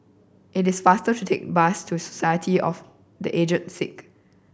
it is faster to take the bus to Society of The Aged Sick